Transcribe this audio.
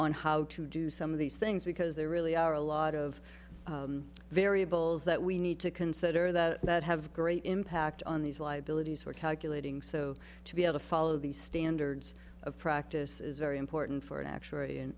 on how to do some of these things because there really are a lot of variables that we need to consider that have great impact on these liabilities for calculating so to be able to follow the standards of practice is very important for an actuary